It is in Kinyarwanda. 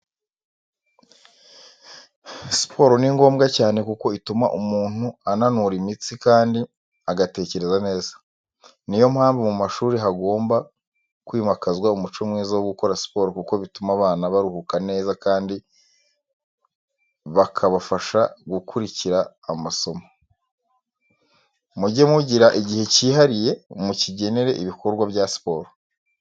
Siporo ni ngombwa cyane kuko ituma umuntu ananura imitsi kandi agatekereza neza. Niyo mpamvu mu mashuri hagomba kwimakazwa umuco mwiza wo gukora siporo kuko bituma abana baruhuka neza kandi bakabafasha gukurikira amasomo. Mujye mugira igihe cyihariye mukigenere ibikorwa bya siporo.